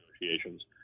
negotiations